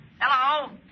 Hello